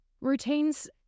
routines